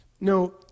No